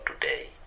today